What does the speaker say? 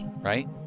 right